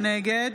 נגד